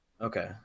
okay